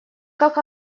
как